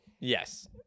yes